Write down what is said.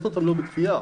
לא גייסנו בכפייה.